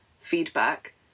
feedback